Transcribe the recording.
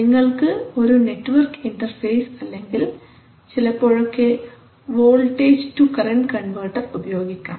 നിങ്ങൾക്ക് ഒരു network interface അല്ലെങ്കിൽ ചിലപ്പോഴൊക്കെ വോൾട്ടേജ് റ്റു കറൻറ് കൺവെർട്ടർ ഉപയോഗിക്കാം